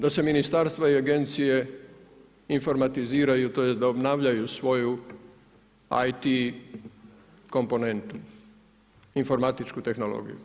Dobro je da se ministarstva i agencije informatiziraju tj. da obnavljaju svoju IT komponentu, informatičku tehnologiju.